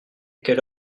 quelle